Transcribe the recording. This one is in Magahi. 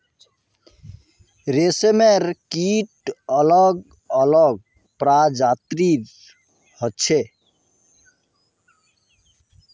रेशमेर कीट अलग अलग प्रजातिर होचे